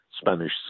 Spanish